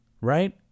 right